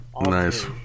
nice